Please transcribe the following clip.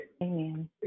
Amen